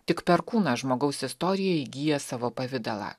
tik per kūną žmogaus istorija įgyja savo pavidalą